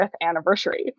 anniversary